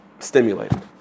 stimulated